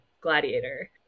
gladiator